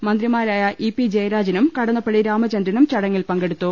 മന്ത്രിമാരായ E P ജയരാ ജനും കടന്നപ്പളളി രാമചന്ദ്രനും ചടങ്ങിൽ പങ്കെടുത്തു